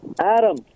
Adam